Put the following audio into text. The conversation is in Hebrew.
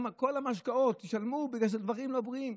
על כל המשקאות תשלמו, כי זה דברים לא בריאים.